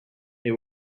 they